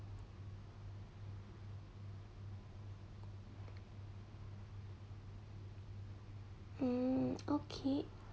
hmm okay